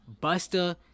buster